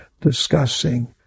discussing